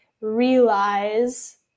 realize